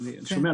אני שומע,